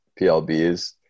PLBs